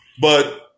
but-